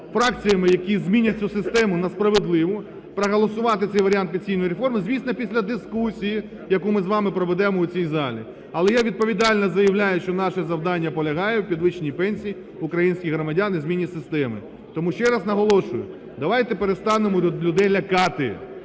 фракціями, які змінять цю систему на справедливу, проголосувати цей варіант пенсійної реформи, звісно після дискусії, яку ми з вами проведемо у цій залі. Але я відповідально заявляю, що наше завдання полягає в підвищенні пенсій українських громадян і зміні системи. Тому ще раз наголошую: давайте перестанемо людей лякати,